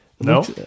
No